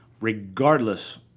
Regardless